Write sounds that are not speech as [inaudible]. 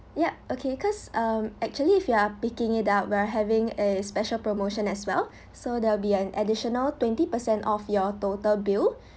ya okay cause um actually if you are picking it up we're having a special promotion as well [breath] so there'll be an additional twenty percent off your total bill [breath]